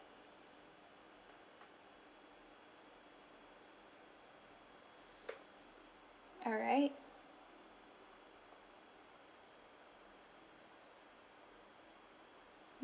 alright